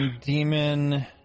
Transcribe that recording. Demon